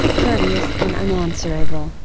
courteous and unanswerable,